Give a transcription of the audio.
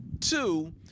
Two